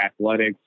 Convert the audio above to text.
athletics